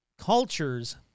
cultures